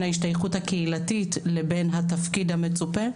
ההשתייכות הקהילתית לבין התפקיד המצופה,